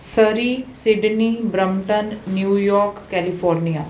Surrey Sydney Brampton New York California